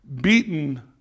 beaten